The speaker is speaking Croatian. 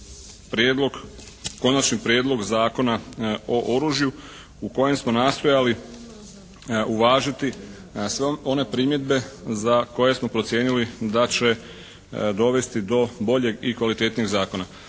Konačni prijedlog Zakona o oružju u kojem smo nastojali uvažiti sve one primjedbe za koje smo procijenili da će dovesti do boljeg i kvalitetnijeg zakona.